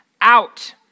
out